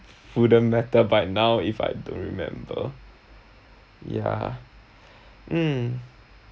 wouldn't matter by now if I don't remember ya mm